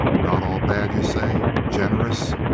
not all bad, you say? generous?